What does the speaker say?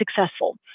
successful